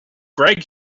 greg